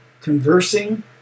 conversing